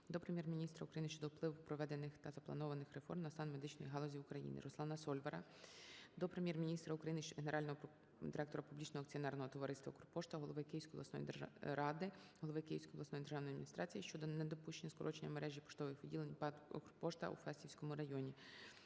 до Прем'єр-міністра України щодо впливу проведених та запланованих реформ на стан медичної галузі в Україні. РусланаСольвара до Прем'єр-міністра України, Генерального директора Публічного акціонерного товариства "Укрпошта", Голови Київської обласної ради, голови Київської обласної державної адміністрації щодо недопущення скорочення мережі поштових відділень ПАТ "Укрпошта" у Фастівському районі.